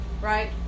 right